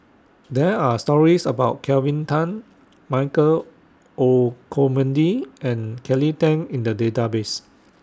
There Are stories about Kelvin Tan Michael Olcomendy and Kelly Tang in The Database